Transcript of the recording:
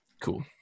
cool